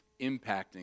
impacting